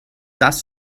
das